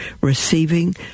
receiving